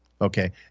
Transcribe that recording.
Okay